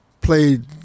played